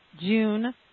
June